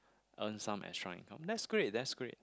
earn some extra income that's great that's great